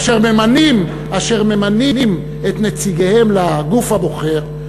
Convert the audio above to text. אשר ממנים את נציגיהם לגוף הבוחר,